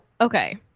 okay